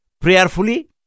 prayerfully